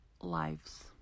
lives